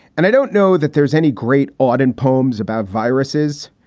and i don't know that there's any great ordan poems about viruses,